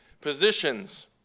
positions